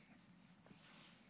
(אומר בערבית: